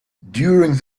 during